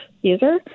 user